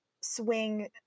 swing